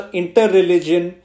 inter-religion